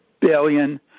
billion